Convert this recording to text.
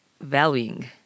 valuing